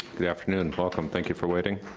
good afternoon, welcome, thank you for waiting.